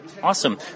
Awesome